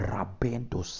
Rabendo